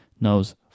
knows